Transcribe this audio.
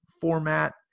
format